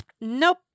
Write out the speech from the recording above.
nope